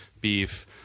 beef